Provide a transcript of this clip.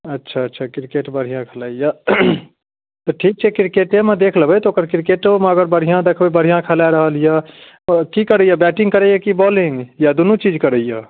अच्छा अच्छा क्रिकेट बढ़िआँ खलाइया तऽ ठीक छै क्रिकेटेमे देख लेबै तऽ ओकर क्रिकेटो मे अगर बढ़िआँ देखबै बढ़िआँ खेला रहलिया की करैया बैटिङ्ग करैया कि बौलिङ्ग या दुनू चीज करैया